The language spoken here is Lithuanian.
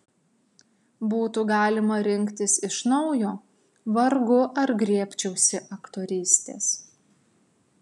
būtų galima rinktis iš naujo vargu ar griebčiausi aktorystės